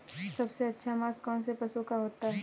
सबसे अच्छा मांस कौनसे पशु का होता है?